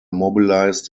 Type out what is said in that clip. mobilized